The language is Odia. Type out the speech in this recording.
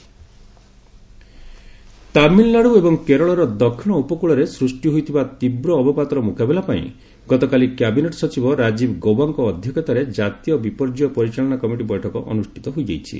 ଡିପ୍ ଡିପ୍ରେସନ୍ ତାମିଲନାଡ଼ ଏବଂ କେରଳର ଦକ୍ଷିଣ ଉପକ୍ଳରେ ସ୍କଷ୍ଟି ହୋଇଥିବା ତୀବ୍ର ଅବପାତର ମୁକାବିଲା ପାଇଁ ଗତକାଲି କ୍ୟାବିନେଟ୍ ସଚିବ ରାଜୀବ ଗୌବାଙ୍କ ଅଧ୍ୟକ୍ଷତାରେ ଜାତୀୟ ବିପର୍ଯ୍ୟୟ ପରିଚାଳନା କମିଟି ବୈଠକ ଅନୁଷ୍ଠିତ ହୋଇଯାଇଛି